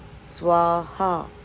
Swaha